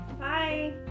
Bye